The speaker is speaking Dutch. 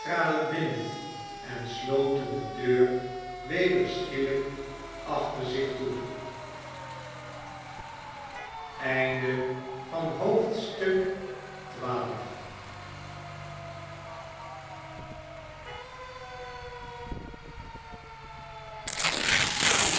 binnen en sloten de deur weder schielijk achter zich toe